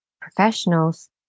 professionals